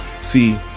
See